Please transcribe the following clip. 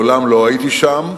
ומעולם לא הייתי שם.